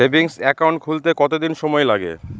Savings account খুলতে কতদিন সময় লাগে?